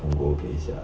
punggol place ah